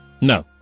No